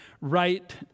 right